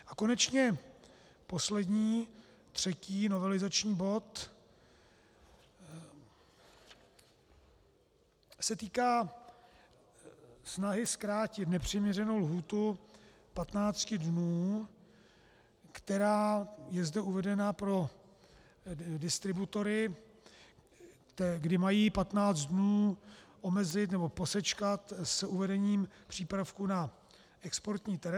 A konečně poslední, třetí novelizační bod se týká snahy zkrátit nepřiměřenou lhůtu 15 dnů, která je zde uvedena pro distributory, kdy mají 15 dnů posečkat s uvedením přípravku na exportní trh.